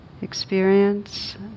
experience